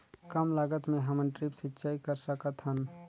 कम लागत मे हमन ड्रिप सिंचाई कर सकत हन?